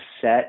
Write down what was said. set